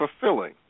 fulfilling